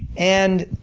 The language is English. and